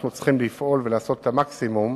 אנחנו צריכים לפעול ולעשות את המקסימום